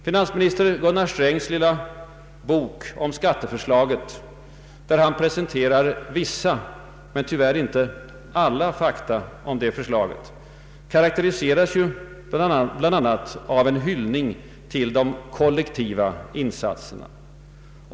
Finansminister Gunnar Strängs lilla bok om skatteförslaget, i vilket han presenterar vissa men tyvärr inte alla fakta om detta, karakteriseras bl.a. av en hyllning till de kollektiva insatserna.